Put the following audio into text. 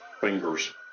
fingers